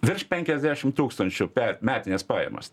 virš penkiasdešim tūkstančių pe metinės pajamos